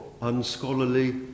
unscholarly